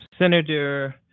Senator